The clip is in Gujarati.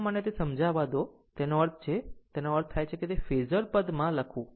હમણાં મને તે સમજાવા દો તેનો અર્થ છે અને તેનો અર્થ એ છે કે જ્યારે ફેઝર પદમાં લખવું